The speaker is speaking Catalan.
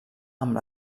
amb